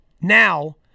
now